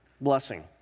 blessing